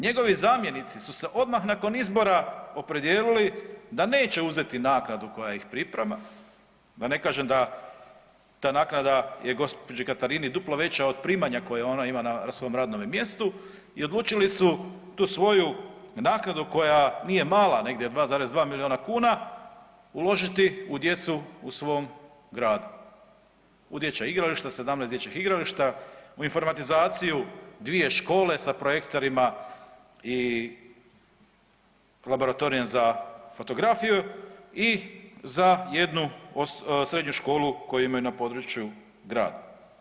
Njegovi zamjenici su se odmah nakon izbora opredijelili da neće uzeti naknadu koja ih pripada, da ne kažem da ta naknada je gđi. Katarini duplo veća od primanja koja ona ima na svom radnome mjestu i odlučili su tu svoju naknadu koja nije mala negdje 2,2 milijuna kuna uložiti u djecu u svom gradu, u dječja igrališta, 17 dječjih igrališta, u informatizaciju dvije škole sa projektorima i laboratorijem za fotografiju i za jednu srednju školu koju imaju na području grada.